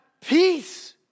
peace